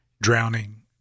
drowning